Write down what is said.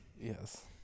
Yes